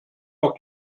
noch